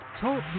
TALK